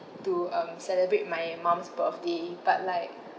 to um celebrate my mum's birthday but like